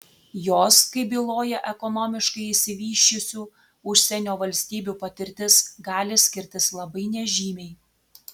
jos kaip byloja ekonomiškai išsivysčiusių užsienio valstybių patirtis gali skirtis labai nežymiai